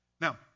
Now